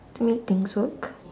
to make things work